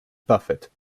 buffett